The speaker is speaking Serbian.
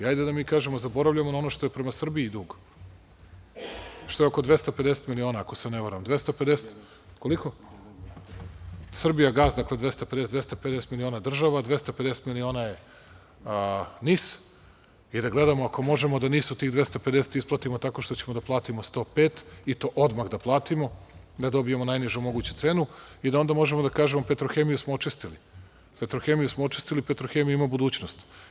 Hajde da mi kažemo – zaboravljamo na ono što je prema Srbiji dug, što je oko 250 miliona, ako se ne varam, „Srbijagas“ 250 miliona, država 250 miliona, 250 miliona NIS, i da gledamo ako možemo da NIS-u tih 250 isplatimo tako što ćemo da platimo 105, i to odmah da platimo, da dobijemo najnižu moguću cenu i da onda možemo da kažemo – „Petrohemiju“ smo očistili, „Petrohemija“ ima budućnost.